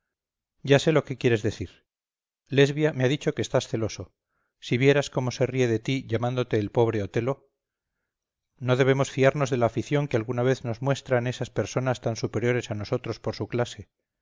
ya sé lo que quieres decir lesbia me ha dicho que estás celoso si vieras cómo se ríe de ti llamándote el pobre otelo no debemos fiarnos de la afición que alguna vez nos muestran esas personas tan superiores a nosotros por su clase